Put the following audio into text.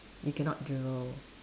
you cannot dribble